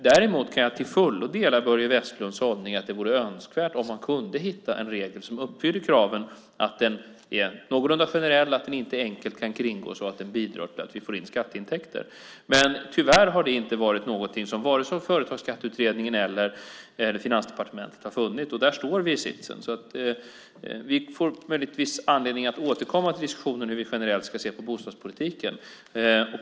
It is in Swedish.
Däremot kan jag till fullo dela Börje Vestlunds hållning att det vore önskvärt om man kunde hitta en regel som uppfyller kraven, alltså att den är någorlunda generell, inte enkelt kan kringgås och att den bidrar till att vi får in skatteintäkter. Tyvärr har vare sig Företagsskatteutredningen eller Finansdepartementet funnit något sådant. Där står vi nu. Vi får möjligtvis anledning att återkomma till diskussionen om hur vi generellt ska se på bostadspolitiken.